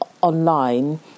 online